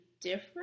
different